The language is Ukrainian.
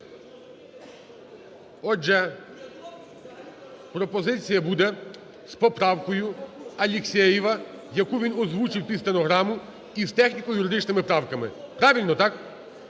Отже, пропозиція буде з поправкою Алексєєва, яку він озвучив під стенограму, і з техніко-юридичними правками. Правильно, так?